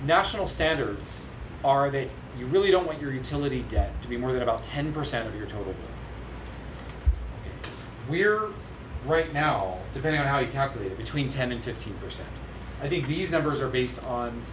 national standards are that you really don't want your utility debt to be more than about ten percent of your total we're right now depending on how you calculate between ten and fifteen percent i think these numbers are based on